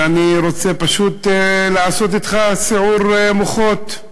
ואני פשוט רוצה לעשות אתך סיעור מוחות.